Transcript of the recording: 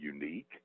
unique